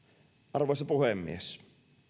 arvoisa puhemies